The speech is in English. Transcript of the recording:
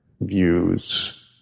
views